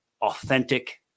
authentic